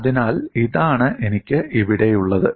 അതിനാൽ ഇതാണ് എനിക്ക് ഇവിടെയുള്ളത്